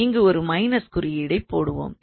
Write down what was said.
இங்கு ஒரு மைனஸ் குறியீடை போடுவோம்